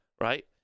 right